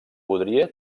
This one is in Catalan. podria